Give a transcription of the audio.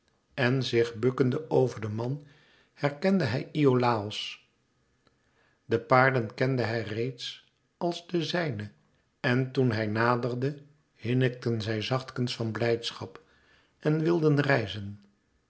en zich bukkende over den man herkende hij iolàos de paarden kende hij reeds als de zijne en toen hij naderde hinnikten zij zachtekens van blijdschap en wilden rijzen